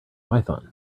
python